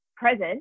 present